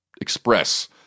express